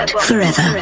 forever